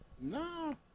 No